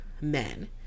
men